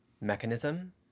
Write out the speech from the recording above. mechanism